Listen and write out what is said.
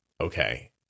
Okay